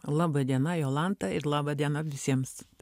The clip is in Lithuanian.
laba diena jolanta ir laba diena visiems